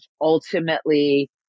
ultimately